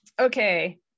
okay